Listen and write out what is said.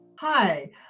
Hi